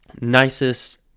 nicest